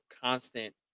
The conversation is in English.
constant